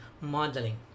modeling